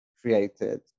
created